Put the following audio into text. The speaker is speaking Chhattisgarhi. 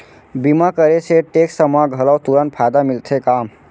बीमा करे से टेक्स मा घलव तुरंत फायदा मिलथे का?